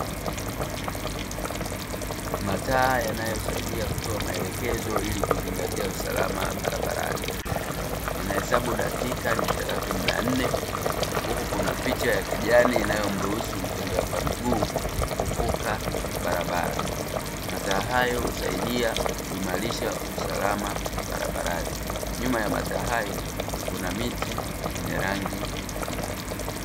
Mataa yanayosaidia kutoa maelekezo ili kuzingatia usalama barabarani; yanahesabu dakika ni thelatini na nne, huku kuna picha ya kijani inayomruhusu mtembea kwa miguu kuvuka barabara; mataa hayo husaidia kuimarisha usalama barabarani, nyuma ya mataa hayo kuna miti ya rangi ya kijani.